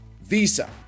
Visa